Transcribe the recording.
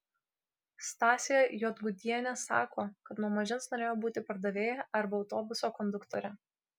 stasė juodgudienė sako kad nuo mažens norėjo būti pardavėja arba autobuso konduktore